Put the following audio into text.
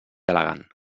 elegant